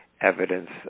evidence